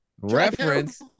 reference